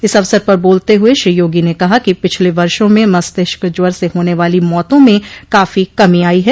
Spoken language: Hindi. इस अवसर पर बोलते हुए श्री योगी ने कहा कि पिछले वर्षो में मस्तिष्क ज्वर से होने वाली मौतों में काफी कमी आयी है